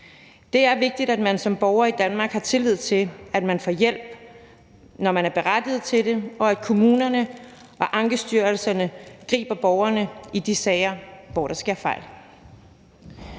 Det er vigtigt, at man som borger i Danmark har tillid til, at man får hjælp, når man er berettiget til det, og at kommunerne og ankestyrelserne griber borgerne i de sager, hvor der sker fejl.